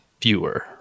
fewer